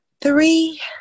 three